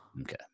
Okay